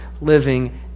living